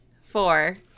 four